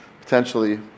potentially